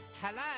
Hello